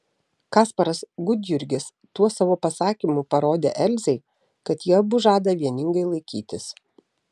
kasparas gudjurgis tuo savo pasakymu parodė elzei kad jie abu žada vieningai laikytis